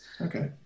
Okay